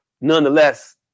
nonetheless